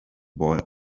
boy